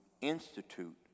institute